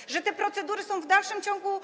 Wiemy, że te procedury są w dalszym ciągu